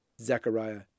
Zechariah